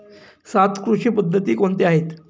सात कृषी पद्धती कोणत्या आहेत?